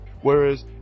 Whereas